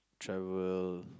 travel